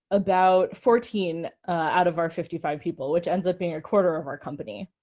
about fourteen out of our fifty five people, which ends up being a quarter of our company.